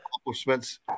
accomplishments